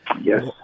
Yes